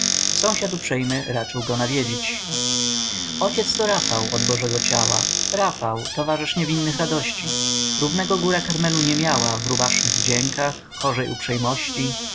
sąsiad uprzejmy raczył go nawiedzić ojciec to rafał od bożego ciała rafał towarzysz niewinnych radości równego góra karmelu nie miała w rubasznych wdziękach hożej uprzejmości